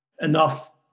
enough